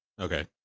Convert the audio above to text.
Okay